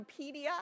Wikipedia